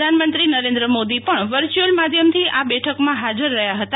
પ્રધાનમંત્રી નરેન્દ્ર મોદી પણ વર્ચ્યુઅલ માધ્યમથી આ બેઠકમાં હાજર રહ્યા હતા